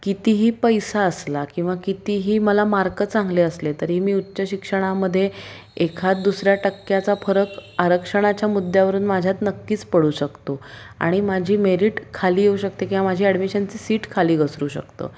कितीही पैसा असला किंवा कितीही मला मार्क चांगले असले तरी मी उच्च शिक्षणामध्ये एखाद दुसऱ्या टक्क्याचा फरक आरक्षणाच्या मुद्यावरून माझ्यात नक्कीच पडू शकतो आणि माझी मेरीट खाली येऊ शकते किंवा माझी ॲडमिशनची सीट खाली घसरू शकतं